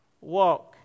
walk